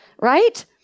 Right